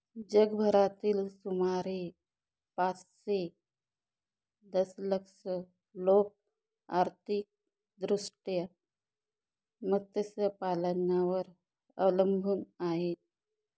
जगभरातील सुमारे पाचशे दशलक्ष लोक आर्थिकदृष्ट्या मत्स्यपालनावर अवलंबून आहेत